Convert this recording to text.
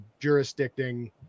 jurisdicting